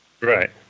right